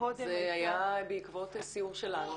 שקודם הייתה --- זה היה בעקבות סיור שלנו.